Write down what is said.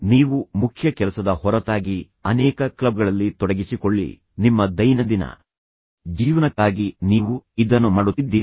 ನೀವು ಮುಖ್ಯ ಕೆಲಸದ ಹೊರತಾಗಿ ಅನೇಕ ಕ್ಲಬ್ಗಳಲ್ಲಿ ತೊಡಗಿಸಿಕೊಳ್ಳಿ ನಿಮ್ಮ ದೈನಂದಿನ ಜೀವನಕ್ಕಾಗಿ ನೀವು ಇದನ್ನು ಮಾಡುತ್ತಿದ್ದೀರಿ